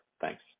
Thanks